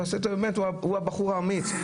הוא בחור האמיץ.